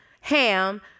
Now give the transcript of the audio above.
ham